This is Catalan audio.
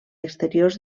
exteriors